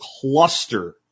cluster